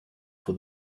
for